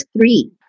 three